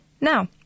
Now